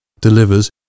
delivers